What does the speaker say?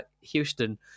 Houston